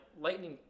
lightning